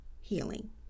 healing